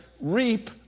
reap